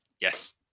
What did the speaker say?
Yes